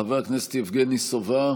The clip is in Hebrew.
חבר הכנסת יבגני סובה,